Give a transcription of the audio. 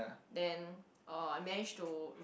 then oh I manage to